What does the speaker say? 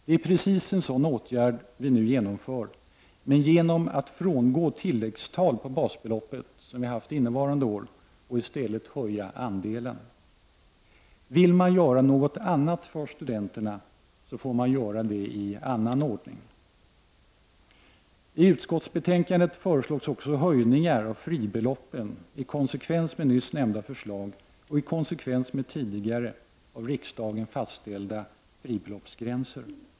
Det är precis en sådan åtgärd vi nu genomför, men genom att frångå tilläggstal på basbeloppet, som innevarande år, och i stället höja andelen. Vill man göra något annat för studenterna får man göra detta i annan ordning. I utskottsbetänkandet föreslås också höjningar av fribeloppen i konsekvens med nyss nämnda förslag och i konsekvens med tidigare, av riksdagen fastställda, fribeloppsgränser.